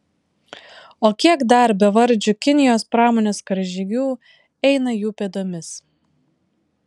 o kiek dar bevardžių kinijos pramonės karžygių eina jų pėdomis